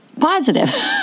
positive